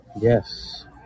Yes